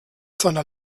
seiner